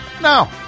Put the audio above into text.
No